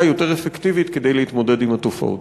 יותר אפקטיבית כדי להתמודד עם התופעות.